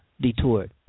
detoured